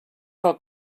cal